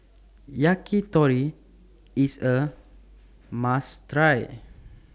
Yakitori IS A must Try